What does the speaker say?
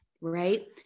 right